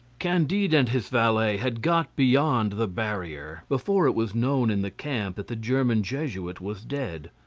candide and his valet had got beyond the barrier, before it was known in the camp that the german jesuit was dead.